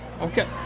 Okay